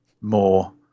more